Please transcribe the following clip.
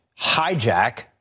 hijack